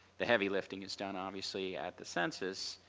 the heavy lefting is done obviously at the census,